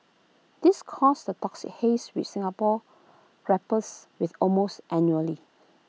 this causes the toxic haze which Singapore grapples with almost annually